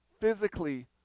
physically